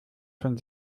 von